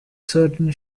certain